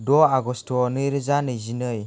द आगस्त' नैरोजा नैजिनै